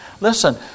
Listen